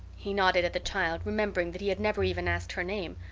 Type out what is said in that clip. he nodded at the child, remembering that he had never even asked her name.